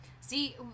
See